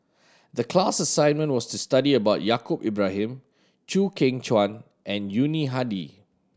the class assignment was to study about Yaacob Ibrahim Chew Kheng Chuan and Yuni Hadi